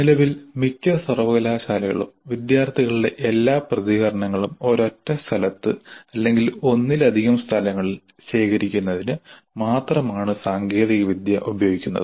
നിലവിൽ മിക്ക സർവകലാശാലകളും വിദ്യാർത്ഥികളുടെ എല്ലാ പ്രതികരണങ്ങളും ഒരൊറ്റ സ്ഥലത്ത് അല്ലെങ്കിൽ ഒന്നിലധികം സ്ഥലങ്ങളിൽ ശേഖരിക്കുന്നതിന് മാത്രമാണ് സാങ്കേതികവിദ്യ ഉപയോഗിക്കുന്നത്